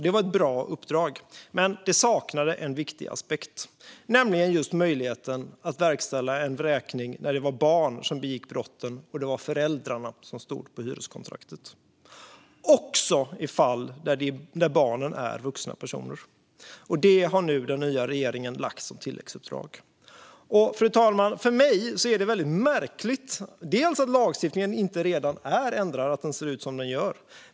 Det var bra, men det saknade en viktig aspekt, nämligen möjligheten att verkställa vräkning när det var barn som begick brotten och föräldrarna som stod på kontraktet - också i fall när barnen är vuxna personer. Detta har den nya regeringen nu givit som tilläggsuppdrag. Fru talman! För mig är det väldigt märkligt att lagstiftningen inte redan är ändrad utan ser ut som den gör.